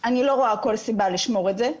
אני לא רואה כל סיבה לשמור את זה.